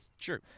sure